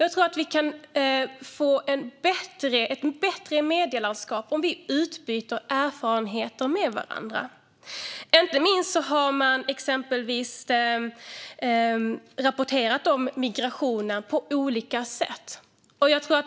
Jag tror att vi kan få ett bättre medielandskap om vi utbyter erfarenheter med varandra. Inte minst har man exempelvis rapporterat om migrationen på olika sätt.